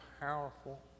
powerful